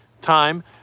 time